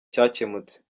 cyakemutse